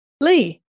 Lee